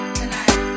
tonight